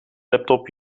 laptop